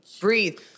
Breathe